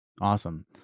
Awesome